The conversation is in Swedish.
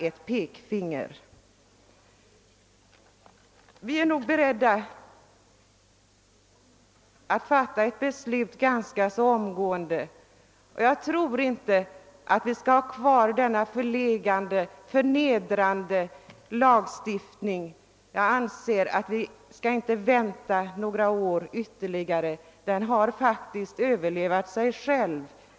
Jag tror att vi är redo att fatta ett beslut ganska snabbt och tycker inte att vi skall behålla denna förnedrande lagstiftning. Jag anser inte att vi skall vänta några år ytterligare, eftersom lagen redan nu har överlevt sig själv.